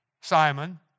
Simon